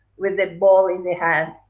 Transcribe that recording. with a ball in the hand.